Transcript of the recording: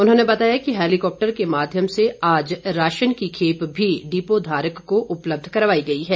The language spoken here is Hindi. उन्होंने बताया कि हैलीकॉप्टर के माध्यम से आज राशन की खेप भी डिपो धारक को उपलब्ध करवाई गई है